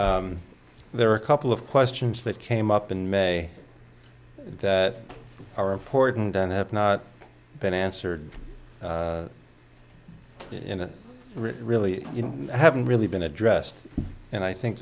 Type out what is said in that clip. there are a couple of questions that came up in may are important and have not been answered in a really haven't really been addressed and i think